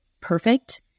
perfect